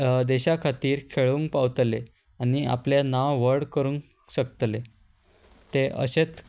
देशा खातीर खेळूंक पावतले आनी आपलें नांव व्हड करूंक शकतले ते अशेंत